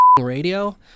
radio